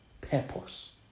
purpose